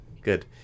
good